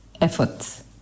efforts